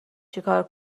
چیکار